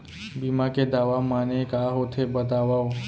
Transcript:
बीमा के दावा माने का होथे बतावव?